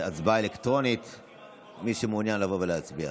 לבוא ולהצביע.